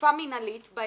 באכיפה מינהלית, באמצע,